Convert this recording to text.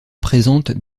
présente